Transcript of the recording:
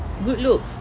good looks